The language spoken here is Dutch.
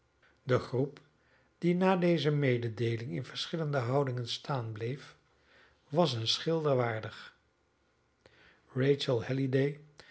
de groep die na deze mededeeling in verschillende houdingen staan bleef was een schilder waardig rachel halliday